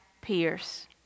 Pierce